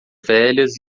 velhas